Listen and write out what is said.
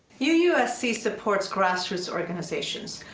u usc supports grassroots organizations.